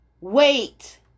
wait